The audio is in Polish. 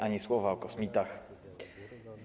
Ani słowa o kosmitach.